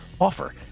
offer